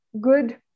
good